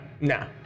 nah